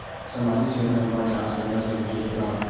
सामाजिक क्षेत्र म जांच करना जरूरी हे का?